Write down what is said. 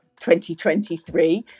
2023